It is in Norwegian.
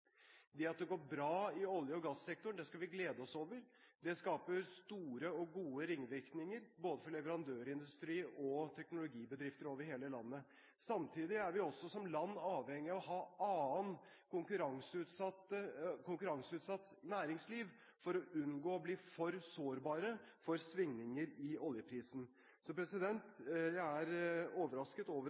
Det at det går bra i olje- og gasssektoren, skal vi glede oss over. Det skaper store og gode ringvirkninger både for leverandørindustri og for teknologibedrifter over hele landet. Samtidig er vi også som land avhengig av å ha annet konkurranseutsatt næringsliv for å unngå å bli for sårbare for svingninger i oljeprisen. Jeg er overrasket over